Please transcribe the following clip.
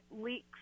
leaks